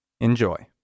Enjoy